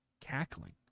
cackling